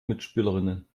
mitspielerinnen